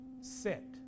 set